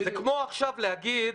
זה כמו עכשיו להגיד,